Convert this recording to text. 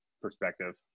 perspective